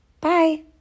Bye